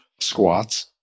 Squats